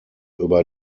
über